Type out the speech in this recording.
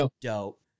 dope